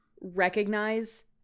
recognize